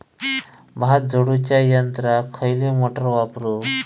भात झोडूच्या यंत्राक खयली मोटार वापरू?